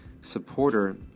supporter